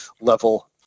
level